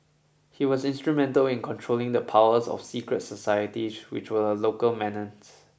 he was instrumental in controlling the powers of secret societies which were a local menace